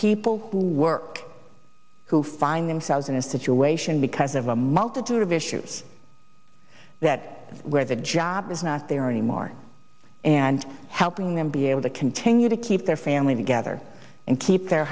people who work who find themselves in situ way ssion because of a multitude of issues that where the job is not there anymore and helping them be able to continue to keep their family together and keep their